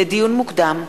לדיון מוקדם: